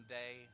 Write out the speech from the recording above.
day